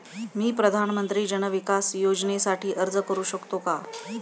मी प्रधानमंत्री जन विकास योजनेसाठी अर्ज करू शकतो का?